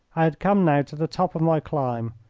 i had come now to the top of my climb,